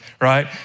right